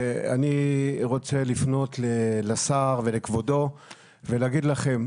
אני רוצה לפנות לשר ולכבודו ולהגיד לכם,